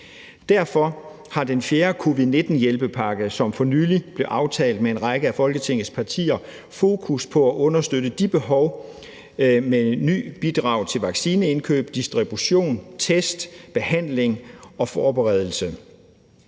Derfor har den fjerde covid-19-hjælpepakke, som for nylig blev aftalt mellem en række af Folketingets partier, fokus på at understøtte de behov med et nyt bidrag til vaccineindkøb og -distribution, test, behandling og forberedelse.